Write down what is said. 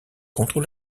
contre